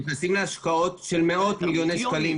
נכנסים להשקעות של מאות מיליוני שקלים.